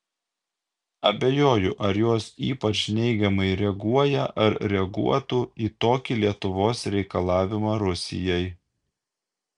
abejoju ar jos ypač neigiamai reaguoja ar reaguotų į tokį lietuvos reikalavimą rusijai